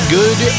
good